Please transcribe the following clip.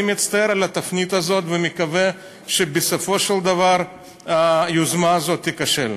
אני מצטער על התפנית הזאת ומקווה שבסופו של דבר היוזמה הזאת תיכשל.